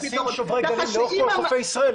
לשים שוברי גלים לאורך כל חופי ישראל,